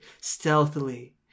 stealthily